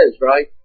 right